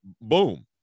Boom